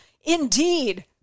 Indeed